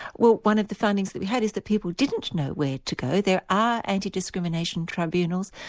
well one of the findings that we had is that people didn't know where to go, there are anti-discrimination tribunals,